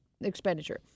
expenditure